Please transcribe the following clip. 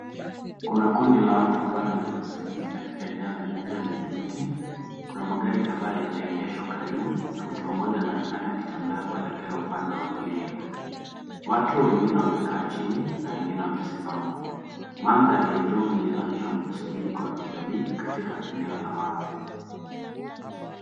Kuna kundi la watu ambalo limekusanyika katika eneo la inje lenye miti. Kuna magari kadhaa yameegeshwa karibu na mtu mmoja anaonekana akitembea kwenda upande wa kulia. Watu wengine wamekaa chini na wengine wamesimama. Manthari ya jumla inaonyesha mkusanyiko wa kijamii, katika eneo la wazi.